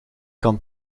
kan